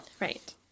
Right